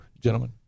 gentlemen